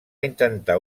intentar